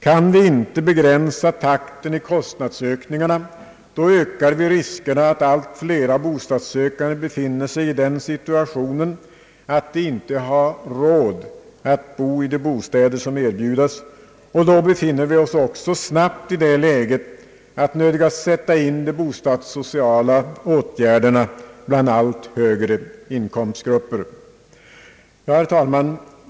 Kan vi inte begränsa takten i kostnadsstegringarna, ökar vi riskerna att allt flera bostadssökande hamnar i den situationen att de inte har råd att bo i de bostäder som erbjudes. Då befinner vi oss snabbt i det läget att vi nödgas sätta in de bostadssociala åtgärderna bland allt högre inkomstgrupper. Herr talman!